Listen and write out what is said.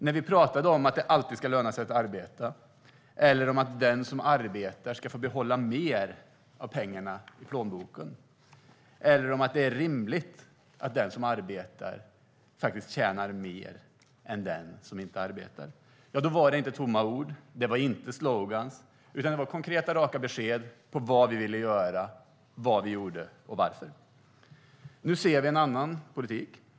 När vi sa att det alltid ska löna sig att arbeta, att den som arbetar ska få mer pengar i plånboken och att det är rimligt att den som arbetar tjänar mer än den som inte arbetar var det inte tomma ord eller sloganer - det var konkreta, raka besked om vad vi ville göra, vad vi gjorde och varför vi gjorde det. Nu ser vi en annan politik.